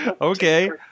okay